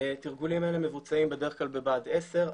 התרגולים האלה מבוצעים בדרך כלל בבה"ד 10,